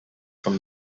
from